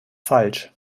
falsch